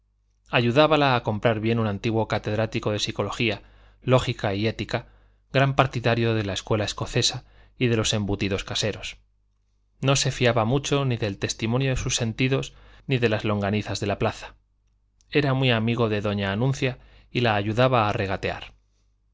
ayudábala a comprar bien un antiguo catedrático de psicología lógica y ética gran partidario de la escuela escocesa y de los embutidos caseros no se fiaba mucho ni del testimonio de sus sentidos ni de las longanizas de la plaza era muy amigo de doña anuncia y la ayudaba a regatear